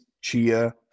chia